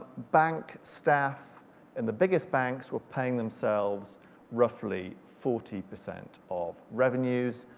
bank staff and the biggest banks were paying themselves roughly forty percent of revenues.